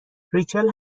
ریچل